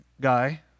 guy